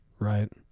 Right